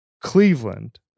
Cleveland